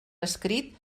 escrit